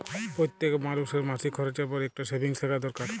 প্যইত্তেক মালুসের মাসিক খরচের পর ইকট সেভিংস থ্যাকা দরকার